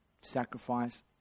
sacrifice